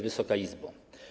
Wysoka Izbo!